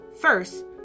First